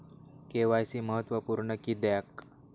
KYC महत्त्वपुर्ण किद्याक?